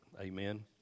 Amen